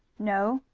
no,